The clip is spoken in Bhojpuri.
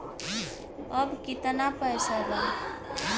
अब कितना पैसा बा?